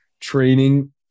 training